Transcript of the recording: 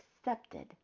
accepted